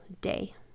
day